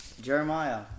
Jeremiah